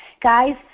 Guys